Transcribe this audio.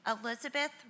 Elizabeth